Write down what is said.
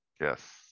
Yes